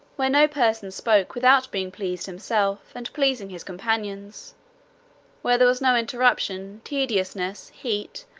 where no person spoke without being pleased himself, and pleasing his companions where there was no interruption, tediousness, heat,